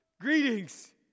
Greetings